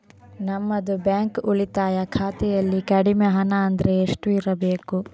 ನಮ್ಮದು ಬ್ಯಾಂಕ್ ಉಳಿತಾಯ ಖಾತೆಯಲ್ಲಿ ಕಡಿಮೆ ಹಣ ಅಂದ್ರೆ ಎಷ್ಟು ಇರಬೇಕು?